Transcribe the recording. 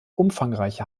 umfangreiche